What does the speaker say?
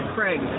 Craig